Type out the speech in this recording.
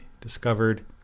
discovered